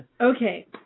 Okay